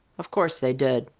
of course they did,